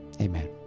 amen